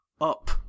Up